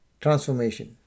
transformation